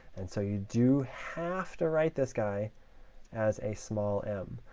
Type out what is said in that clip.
and so you do have to write this guy as a small m.